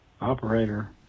Operator